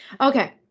Okay